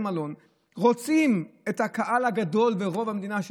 המלון רוצים את הקהל הגדול ואת רוב המדינה,